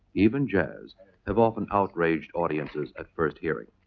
even jazz have often outraged audiences at first hearing.